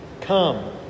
Come